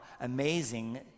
amazing